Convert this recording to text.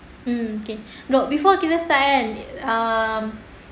mm okay look before kita start kan um